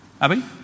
Abby